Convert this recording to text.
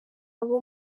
abo